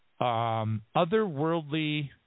otherworldly